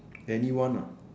anyone ah